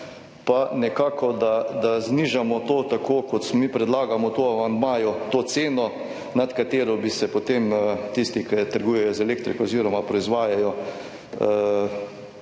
Pa nekako, da znižamo to tako kot mi predlagamo to v amandmaju, to ceno nad katero bi se potem tisti, ki trgujejo z elektriko oziroma proizvajajo,